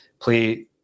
play